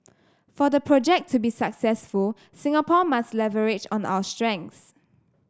for the project to be successful Singapore must leverage on our strengths